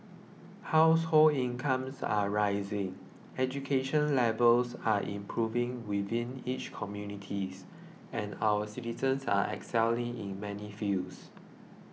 household incomes are rising education levels are improving within each communities and our citizens are excelling in many fields